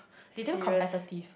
they damn competitive